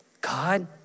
God